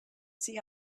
see